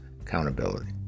accountability